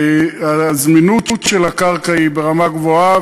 הזמינות של הקרקע היא ברמה גבוהה,